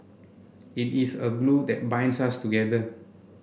it is a glue that binds us together